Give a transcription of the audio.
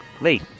Lee